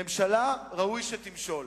ממשלה ראוי שתמשול.